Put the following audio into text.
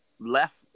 Left